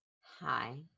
Hi